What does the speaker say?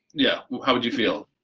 yeah, how would you feel?